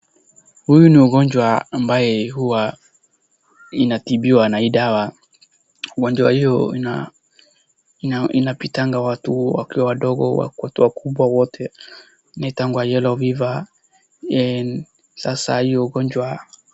Hii ni ugonjwa ambaye huwa inatibiwa na hii dawa. Ugonjwa hiyo inapitanga watu wadogo watu wakubwa wote inaitangwa yellow fever sasa hiyo ugonjwa.